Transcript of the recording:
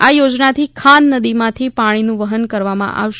આ યોજનાથી ખાન નદીમાંથી પાણીનું વહન કરવામાં આવશે